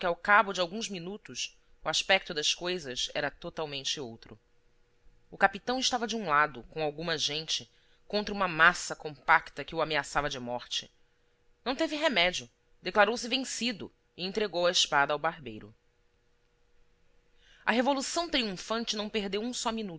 ao cabo de alguns minutos o aspecto das coisas era totalmente outro o capitão estava de um lado com alguma gente contra uma massa compacta que o ameaçava de morre não teve remédio declarou se vencido e entregou a espada ao barbeiro a revolução triunfante não perdeu um só